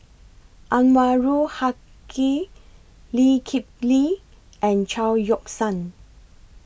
Anwarul Haque Lee Kip Lee and Chao Yoke San